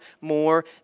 more